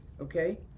okay